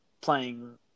playing